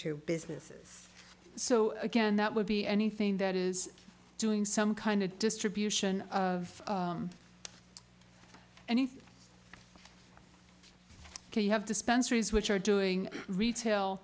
to businesses so again that would be anything that is doing some kind of distribution of anything you have dispensaries which are doing retail